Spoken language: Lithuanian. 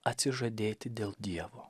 atsižadėti dėl dievo